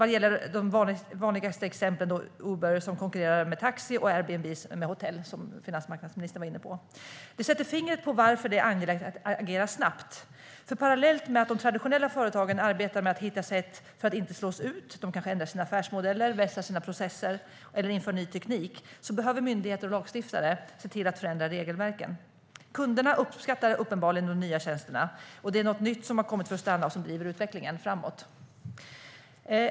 De vanligaste exemplen är att Uber konkurrerar med taxi och Airbnb med hotell, som finansmarknadsministern var inne på. Det sätter fingret på varför det är angeläget att agera snabbt. Parallellt med att de traditionella företagen arbetar med att hitta sätt för att inte slås ut - de kanske ändrar sina affärsmodeller, vässar sina processer eller inför ny teknik - behöver ju myndigheter och lagstiftare se till att förändra regelverken. Kunderna uppskattar uppenbarligen de nya tjänsterna. Det är något nytt som har kommit för att stanna och som driver utvecklingen framåt.